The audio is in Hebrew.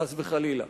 חס וחלילה.